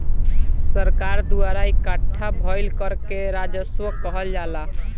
सरकार द्वारा इकट्ठा भईल कर के राजस्व कहल जाला